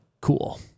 cool